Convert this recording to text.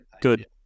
Good